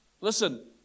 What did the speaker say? Listen